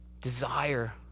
desire